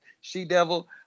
she-devil